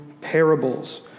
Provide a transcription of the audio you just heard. parables